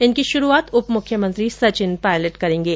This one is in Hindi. इनकी शुरूआत उपमुख्यमंत्री सचिन पायलट करेंगे